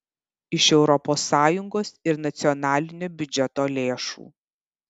iš europos sąjungos ir nacionalinio biudžeto lėšų